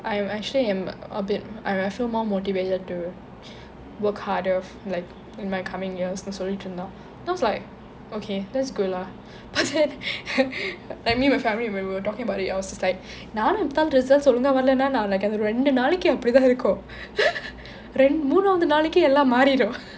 I'm actually i'm a bit I feel more motivated to work harder like in my coming years ன்னு சொல்லிட்டு இருந்தாள்:nnu sollittu irunthaal then I was like okay that's good lah but then like my and my family when we were talking about it I was just like நானும் இப்படி தான்:naanum ippadi thaan results ஒழுங்கா வரலேன்னா ஒரு ரெண்டு நாளைக்கு அப்படி தான் இருக்கும்:olunga varalenna oru rendu naalaikku appadi thaan irukkum மூணாவது நாளைக்கு எல்லாம் மாறிரும்:moonaavathu naalaikku ellam maarirum